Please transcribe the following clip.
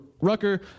Rucker